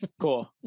Cool